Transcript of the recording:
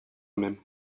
même